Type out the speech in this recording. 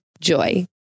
Joy